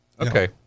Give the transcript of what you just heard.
Okay